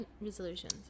resolutions